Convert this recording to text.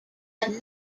but